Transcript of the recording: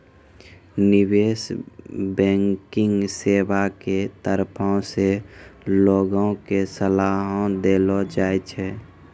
निबेश बैंकिग सेबा के तरफो से लोगो के सलाहो देलो जाय छै